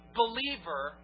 believer